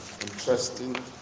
interesting